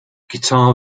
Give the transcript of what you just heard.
guitar